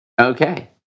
Okay